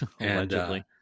Allegedly